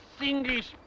English